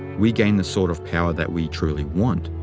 we gain the sort of power that we truly want,